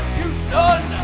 Houston